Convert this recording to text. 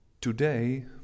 today